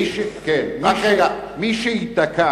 מי שייתקע